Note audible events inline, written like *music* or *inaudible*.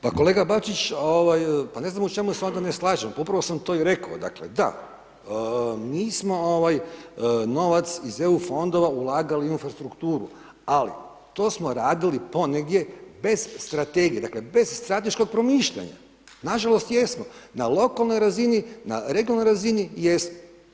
Pa kolega Bačić, pa ne znam u čemu se onda ne slažem, upravo sam to i rekao, dakle da, mi smo novac iz EU fondova ulagali u infrastrukturu ali to smo radili ... *unintelligible* bez strategije, dakle bez strateškog promišljanja, nažalost jesmo, na lokalnoj razini, na regionalnoj razini jesmo.